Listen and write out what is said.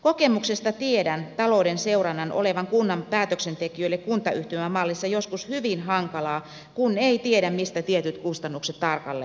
kokemuksesta tiedän talouden seurannan olevan kunnan päätöksentekijöille kuntayhtymämallissa joskus hyvin hankalaa kun ei tiedä mistä tietyt kustannukset tarkalleen johtuvat